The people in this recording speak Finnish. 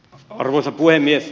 arvoisa puhemies